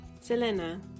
selena